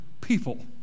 people